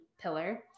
pillar